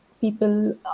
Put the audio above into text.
people